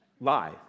lie